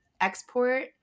export